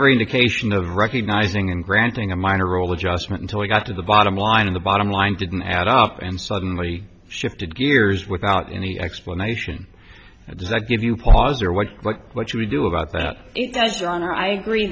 every indication of recognizing and granting a minor role adjustment until we got to the bottom line of the bottom line didn't add up and suddenly shifted gears without any explanation exact give you pause or what like what you do about that it does your honor i agree